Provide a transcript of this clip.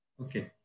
Okay